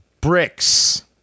bricks